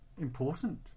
important